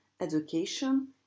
education